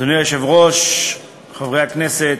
אדוני היושב-ראש, חברי הכנסת,